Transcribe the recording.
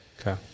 Okay